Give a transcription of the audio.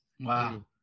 Wow